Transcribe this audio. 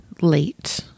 late